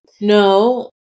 no